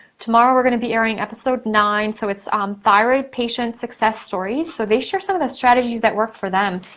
tomorrow we're gonna be airing episode nine. so, its' um thyroid patient success stories. so, they share some of the strategies that worked for them.